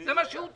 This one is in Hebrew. זה מה שהוא טוען.